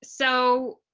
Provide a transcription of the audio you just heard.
so,